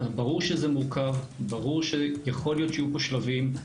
ברור שזה מורכב, ברור שיכול להיות שיהיו פה שלבים.